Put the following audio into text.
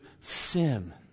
sin